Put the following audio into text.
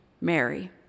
mary